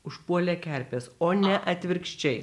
užpuolė kerpės o ne atvirkščiai